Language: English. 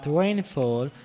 rainfall